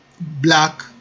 black